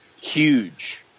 huge